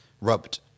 rubbed